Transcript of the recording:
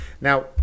Now